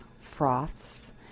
froths